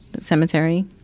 Cemetery